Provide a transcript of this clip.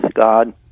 God